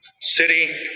City